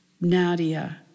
Nadia